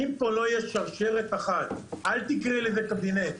אם לא תהיה פה שרשרת אחת - אל תקראי לזה קבינט,